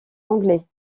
anglais